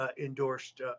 endorsed